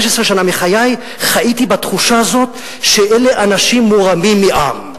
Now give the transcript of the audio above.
16 שנה מחיי חייתי בתחושה הזאת שאלה אנשים מורמים מעם,